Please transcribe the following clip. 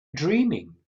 dreaming